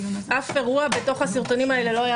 באף אירוע בתוך הסרטונים האלה לא היה